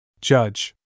Judge